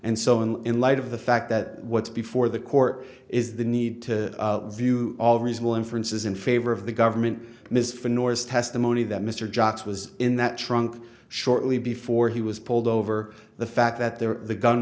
and so in light of the fact that what's before the court is the need to view all reasonable inferences in favor of the government miss for nora's testimony that mr jots was in that trunk shortly before he was pulled over the fact that there the gun